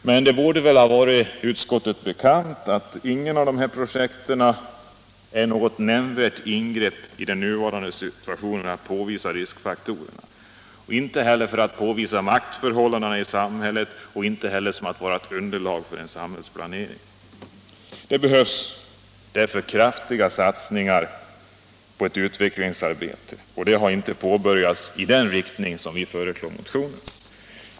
Men det borde vara utskottet bekant att inget av dessa projekt innebär något nämnvärt ingrepp i den nuvarande situationen och inte heller påvisar riskfaktorer, lika litet som maktförhållandena påvisas, vilket kunde vara ett underlag för en samhällsplanering. För detta behövs kraftiga satsningar. Något utvecklingsarbete med den inriktning vi föreslår i motionen har egentligen inte ens påbörjats.